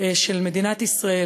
של מדינת ישראל,